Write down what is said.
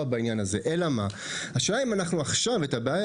רק השאלה היא האם אנחנו עכשיו את הבעיה